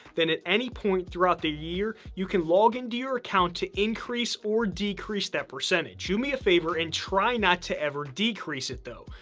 then at any point throughout the year, you can log into your account to increase or decrease that percentage. do me a favor and try not to ever decrease it though.